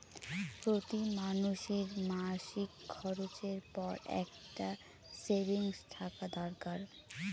প্রতি মানুষের মাসিক খরচের পর একটা সেভিংস থাকা দরকার